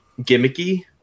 gimmicky